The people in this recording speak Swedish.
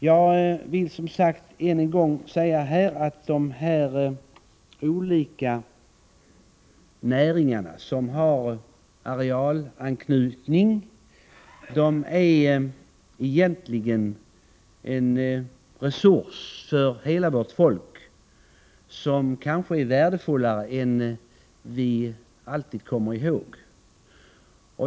Jag vill än en gång nämna att dessa olika näringar, som har arealanknyt 129 ning, är en för hela vårt folk kanske värdefullare resurs än vi ofta inser.